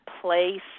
place